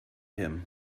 him